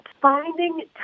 Finding